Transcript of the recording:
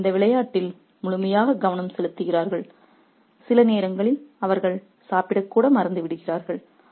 அவர்கள் இந்த விளையாட்டில் முழுமையாக கவனம் செலுத்துகிறார்கள் சில நேரங்களில் அவர்கள் சாப்பிட கூட மறந்து விடுகிறார்கள்